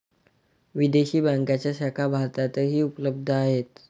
विदेशी बँकांच्या शाखा भारतातही उपलब्ध आहेत